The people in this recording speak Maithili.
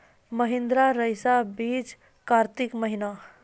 महिंद्रा रईसा बीज कार्तिक महीना?